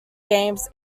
games